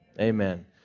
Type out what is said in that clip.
Amen